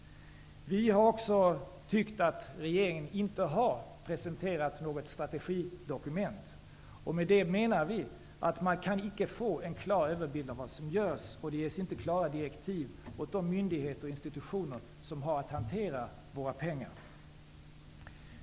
Vi har också tyckt att regeringen inte har presenterat något strategidokument. Med det menar vi att man inte kan få en klar överblick av vad som görs, och det ges inte klara direktiv åt de myndigheter och institutioner som har att hantera våra pengar.